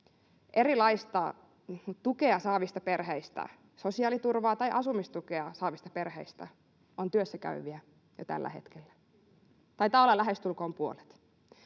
erilaista tukea saavista perheistä, sosiaaliturvaa tai asumistukea saavista perheistä, on työssäkäyviä jo tällä hetkellä — taitaa olla lähestulkoon puolet.